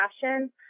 passion